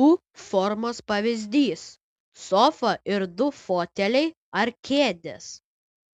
u formos pavyzdys sofa ir du foteliai ar kėdės